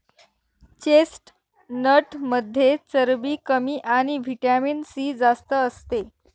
चेस्टनटमध्ये चरबी कमी आणि व्हिटॅमिन सी जास्त असते